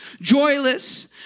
joyless